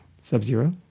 Sub-Zero